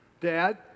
Dad